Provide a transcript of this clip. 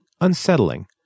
unsettling